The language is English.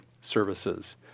services